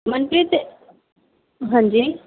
ਮਨਪ੍ਰੀਤ ਹਾਂਜੀ